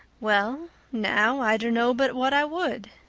well now, i dunno but what i would,